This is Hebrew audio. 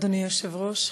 אדוני היושב-ראש,